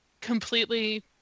completely